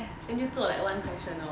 then 就做 like one question lor